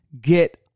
get